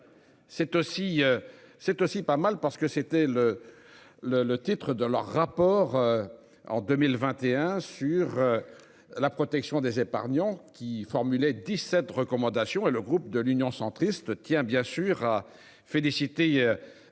c'est aussi pas mal parce que c'était le. Le, le titre de leur rapport. En 2021, sur. La protection des épargnants qui. 17 recommandations et le groupe de l'Union centriste tient bien sûr à féliciter.